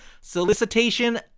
solicitation